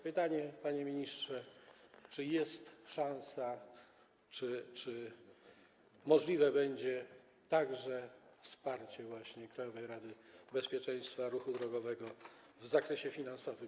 Pytanie, panie ministrze: Czy jest szansa, czy możliwe będzie także wsparcie właśnie Krajowej Rady Bezpieczeństwa Ruchu Drogowego w zakresie finansowym?